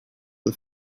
the